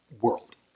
world